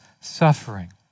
suffering